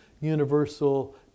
universal